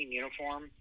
uniform